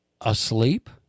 asleep